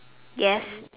yes